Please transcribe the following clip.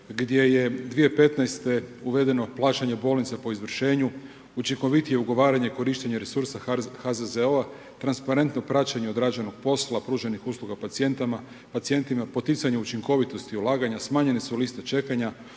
gdje je 2015. uvedeno plaćanje bolnica po izvršenju, učinkovitije ugovaranje, korištenje resursa HZZO-a, transparentno praćenje odrađenog posla, pruženih usluga pacijentima, poticanje učinkovitosti i ulaganja, smanjenje su liste čekanja.